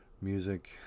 music